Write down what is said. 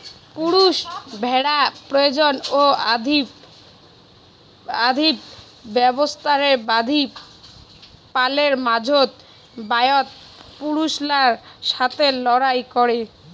পুরুষ ভ্যাড়া প্রজনন ও আধিপত্য বিস্তারের বাদী পালের মাঝোত, বায়রাত পুরুষলার সথে লড়াই করে